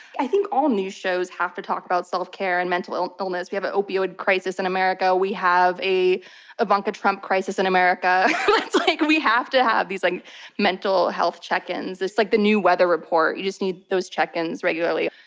i think all news shows have to talk about self-care and mental illness. we have a opioid crisis in america, we have a ivanka trump crisis in america, it's like we have to have these like mental health check-ins. it's like the new weather report. you just need those check-ins regularly.